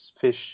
fish